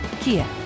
Kia